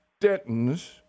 Denton's